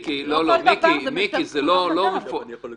לא כל דבר זה זכויות אדם.